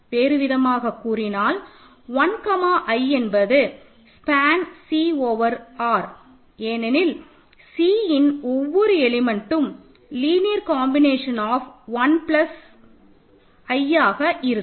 வேறுவிதமாக கூறினால் 1 comma i என்பது ஸ்பேன் C ஓவர் R ஏனெனில் Cஇன் ஒவ்வொரு எலிமெண்டும் linear combination of 1 plus i ஆக இருக்கும்